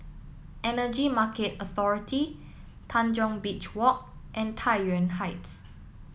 Energy Market Authority Tanjong Beach Walk and Tai Yuan Heights